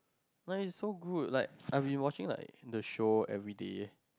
no it so good like I been watching the show everyday